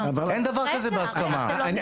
אין דבר כזה בהסכמה.